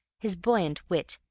his buoyant wit,